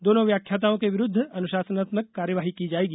दोनों व्याख्याता के विरूद्व अनुशासनात्मक कार्यवाही की जाएगी